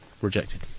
rejected